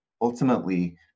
Ultimately